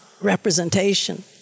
representation